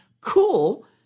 Cool